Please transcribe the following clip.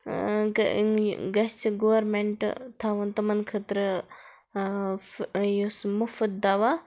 گَژھِ گورمٮ۪نٛٹہٕ تھاوُن تِمَن خٲطرٕ یُس مُفُت دَوا